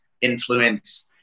influence